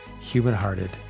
human-hearted